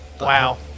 Wow